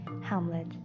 Hamlet